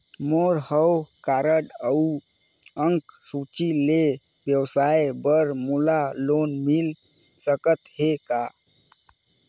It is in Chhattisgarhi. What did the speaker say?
मोर हव कारड अउ अंक सूची ले व्यवसाय बर मोला लोन मिल सकत हे का?